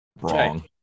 Wrong